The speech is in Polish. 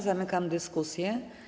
Zamykam dyskusję.